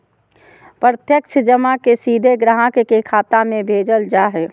प्रत्यक्ष जमा के सीधे ग्राहक के खाता में भेजल जा हइ